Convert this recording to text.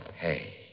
Hey